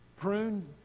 Prune